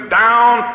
down